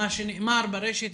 מה שנאמר ברשת.